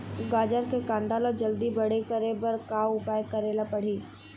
गाजर के कांदा ला जल्दी बड़े करे बर का उपाय करेला पढ़िही?